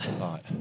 Right